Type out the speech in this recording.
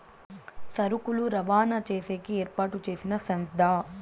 సరుకులు రవాణా చేసేకి ఏర్పాటు చేసిన సంస్థ